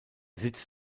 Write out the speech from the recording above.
sitz